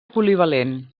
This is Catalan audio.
polivalent